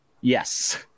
yes